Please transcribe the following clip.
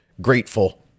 grateful